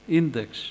index